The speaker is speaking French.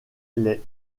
les